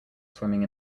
swimming